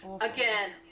again